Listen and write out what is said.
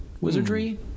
Wizardry